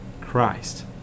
Christ